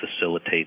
facilitate